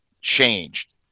changed